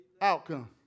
outcome